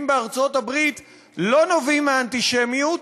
בארצות-הברית לא נובעים מאנטישמיות,